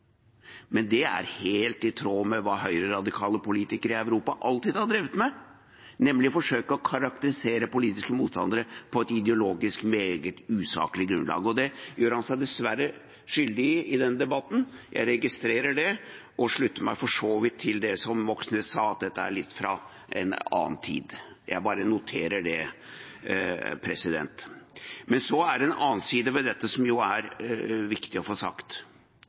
men det er helt i tråd med hva høyreradikale politikere i Europa alltid har drevet med, nemlig å forsøke å karakterisere politiske motstandere på et ideologisk meget usaklig grunnlag. Det gjør han seg dessverre skyldig i i denne debatten. Jeg registrerer det og slutter meg for så vidt til det som Moxnes sa, at dette er litt som fra en annen tid. Jeg bare noterer det. Det er en annen side ved dette, som det er viktig å få sagt: